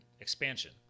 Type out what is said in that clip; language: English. expansion